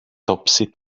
topsy